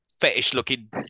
fetish-looking